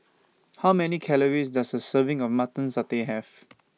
How Many Calories Does A Serving of Mutton Satay Have